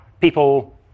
people